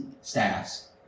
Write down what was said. staffs